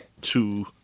two